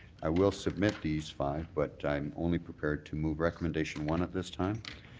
i will submit these five but i'm only prepared to move recommendation one at this time,